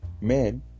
Men